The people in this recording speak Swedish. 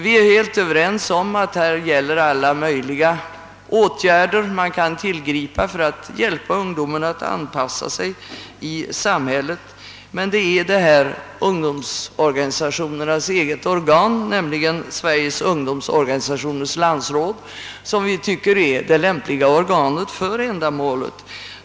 Vi är helt överens om att det här gäller att vidta alla de åtgärder man kan tillgripa för att hjälpa ungdomen att anpassa sig i samhället, men det är ungdomsorganisationernas eget organ — Sveriges ungdomsorganisationers landsråd — som vi tycker är det lämpliga organet för ändamålet.